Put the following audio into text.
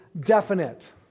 definite